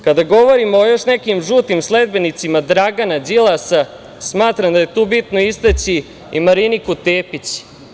Kada govorimo o još nekim žutim sledbenicima Dragana Đilasa, smatram da je tu bitno istaći i Mariniku Tepić.